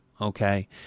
okay